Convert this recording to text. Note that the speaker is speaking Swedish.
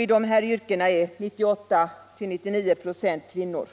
I de här yrkena är 98-99 94 kvinnor.